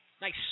Nice